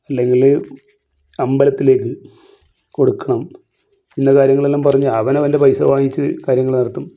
അല്ലെങ്കിൽ അമ്പലത്തിലേക്ക് കൊടുക്കണം ഇന്ന കാര്യങ്ങളെല്ലാം പറഞ്ഞ് അവനവൻ്റെ പൈസ വാങ്ങിച്ച് കാര്യങ്ങൾ നടത്തും